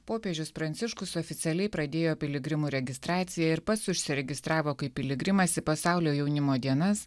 popiežius pranciškus oficialiai pradėjo piligrimų registracija ir pats užsiregistravo kaip piligrimas į pasaulio jaunimo dienas